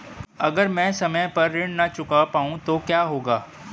अगर म ैं समय पर ऋण न चुका पाउँ तो क्या होगा?